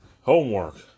Homework